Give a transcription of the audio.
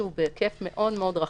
שהוא בהיקף מאוד מאוד רחב.